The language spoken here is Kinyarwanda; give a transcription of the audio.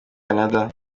canada